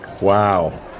Wow